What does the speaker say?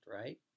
Right